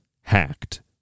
hacked